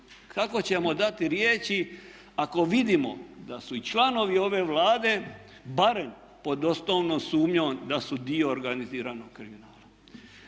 Kako ćemo dati riječi ako vidimo da su i članovi ove Vlade barem pod osnovnom sumnjom da su dio organiziranog kriminala.